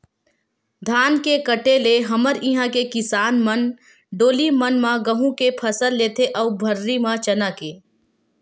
धान के कटे ले हमर इहाँ के किसान मन डोली मन म गहूँ के फसल लेथे अउ भर्री म चना के